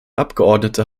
abgeordnete